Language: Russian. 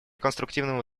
конструктивному